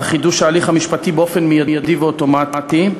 חידוש ההליך המשפטי באופן מיידי ואוטומטי,